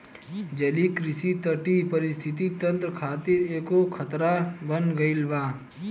जलीय कृषि तटीय परिस्थितिक तंत्र खातिर एगो खतरा बन गईल बा